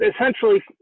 essentially